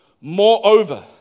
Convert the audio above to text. Moreover